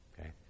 Okay